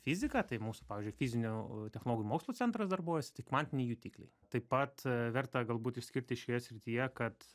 fizika tai mūsų pavyzdžiui fizinių technologijų mokslų centras darbuojasi tai kvantiniai jutikliai taip pat verta galbūt išskirti šioje srityje kad